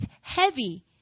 heavy